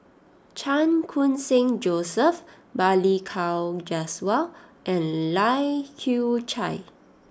Chan Khun Sing Joseph Balli Kaur Jaswal and Lai Kew Chai